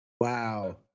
Wow